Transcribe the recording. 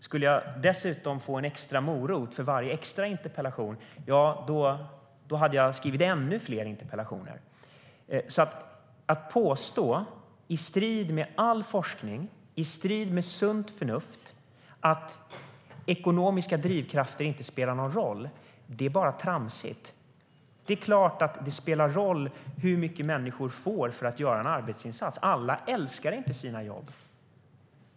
Skulle jag dessutom få en extra morot för varje interpellation hade jag skrivit ännu fler interpellationer. Att i strid med all forskning och sunt förnuft påstå att ekonomiska drivkrafter inte spelar någon roll är bara tramsigt. Det är klart att det spelar roll hur mycket människor får för att göra en arbetsinsats. Alla älskar inte sina jobb.